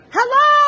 Hello